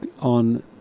on